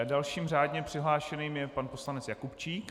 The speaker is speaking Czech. Dalším řádně přihlášeným je pan poslanec Jakubčík.